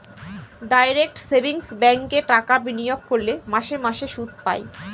direct savings ব্যাঙ্কে টাকা বিনিয়োগ করলে মাসে মাসে সুদ পায়